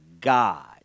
God